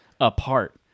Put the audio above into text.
apart